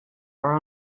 are